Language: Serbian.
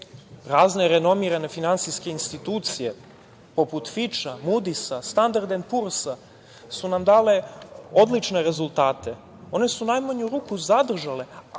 renomirane finansijske institucije, poput FIČ-a, Mudisa, Standard & Poor's, su nam dale odlične rezultate. One su u najmanju ruku zadržale,